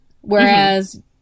Whereas